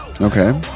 Okay